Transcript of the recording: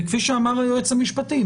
כפי שאמר היועץ המשפטי,